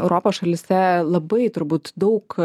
europos šalyse labai turbūt daug